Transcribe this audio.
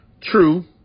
True